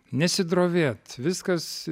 nesidrovėt viskas